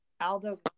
Aldo